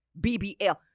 BBL